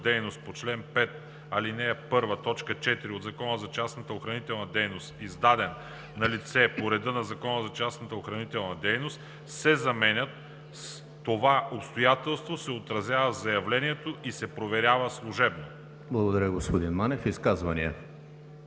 дейност по чл. 5, ал. 1, т. 4 от Закона за частната охранителна дейност, издаден на лицето по реда на Закона за частната охранителна дейност“ се заменят с „това обстоятелство се отразява в заявлението и се проверява служебно“.“ ПРЕДСЕДАТЕЛ ЕМИЛ ХРИСТОВ: Изказвания?